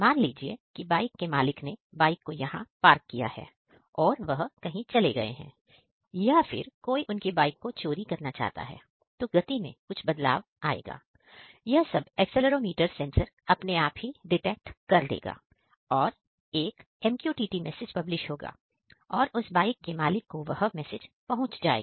मान लीजिए कि बाइक के मालिक ने बाइक को यहां पर पार्क किया है और वह कहीं और चले गए हैं या फिर कोई और उनकी बाइक को चोरी करना चाहता है तो गति में कुछ बदलाव आएंगे यह सब एससेलेरोमीटर सेंसर डिटेक्ट कर लेगा और एक MQTT मैसेज पब्लिश होगा और उस बाइक के मालिक को वह मैसेज पहुंच जाएगा